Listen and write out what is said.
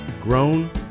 grown